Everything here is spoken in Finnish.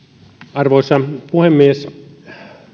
arvoisa puhemies